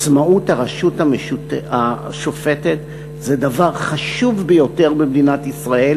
עצמאות הרשות השופטת זה דבר חשוב ביותר במדינת ישראל,